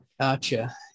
gotcha